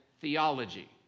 theology